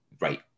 right